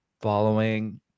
following